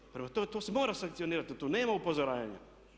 Dakle, prema tome to se mora sankcionirati tu nema upozoravanja.